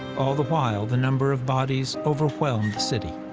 all the while, the number of bodies overwhelmed the city.